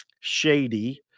shady